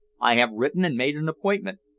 i have written and made an appointment,